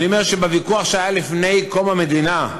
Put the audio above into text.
אני אומר שבוויכוח שהיה לפני קום המדינה,